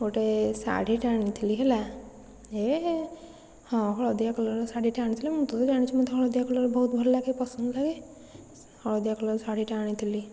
ଗୋଟେ ଶାଢ଼ୀଟେ ଆଣିଥିଲି ହେଲା ଏ ହଁ ହଳଦିଆ କଲରର ଶାଢ଼ୀଟେ ଆଣିଥିଲି ମୋତେ ତ ଜାଣିଛୁ ମୋତେ ହଳଦିଆ କଲର ବହୁତ ଭଲଲାଗେ ପସନ୍ଦ ଲାଗେ ହଳଦିଆ କଲର ଶାଢ଼ୀଟେ ଆଣିଥିଲି